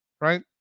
Right